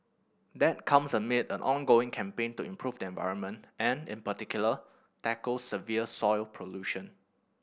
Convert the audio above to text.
that comes amid an ongoing campaign to improve the environment and in particular tackle severe soil pollution